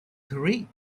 three